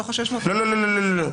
לא, לא.